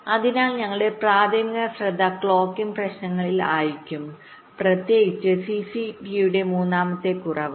അതിനാൽ ഞങ്ങളുടെ പ്രാഥമിക ശ്രദ്ധ ക്ലോക്കിംഗ് പ്രശ്നങ്ങളിൽ ആയിരിക്കും പ്രത്യേകിച്ചും സിസിടിയുടെ മൂന്നാമത്തെ കുറവ്